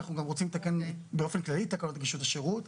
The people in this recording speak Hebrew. אנחנו גם רוצים לתקן באופן כללי את תקנות נגישות השרות,